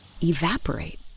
evaporate